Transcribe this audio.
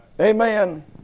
Amen